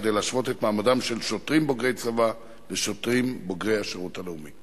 כדי להשוות את מעמדם של שוטרים בוגרי צבא לשוטרים בוגרי השירות הלאומי.